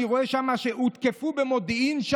אני רואה שהותקפו במודיעין,